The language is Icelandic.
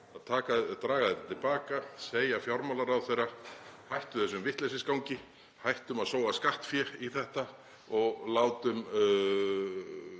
að draga þetta til baka og segja við fjármálaráðherra: Hættum þessum vitleysisgangi, hættum að sóa skattfé í þetta og látum